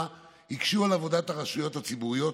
הקשו על עבודת הרשויות הציבוריות,